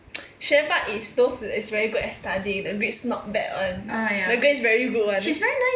学霸 is those is very good at studying the grades not bad one the grades very good one